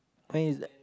when is that